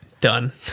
done